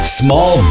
small